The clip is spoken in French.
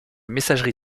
messagerie